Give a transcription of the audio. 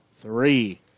three